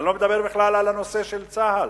אני לא מדבר בכלל על הנושא של צה"ל,